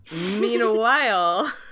Meanwhile